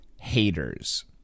haters